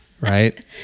Right